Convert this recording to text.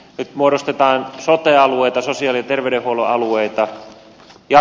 nyt muodostetaan sote alueita sosiaali ja terveydenhuollon alueita